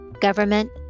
government